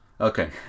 okay